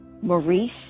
Maurice